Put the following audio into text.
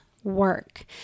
work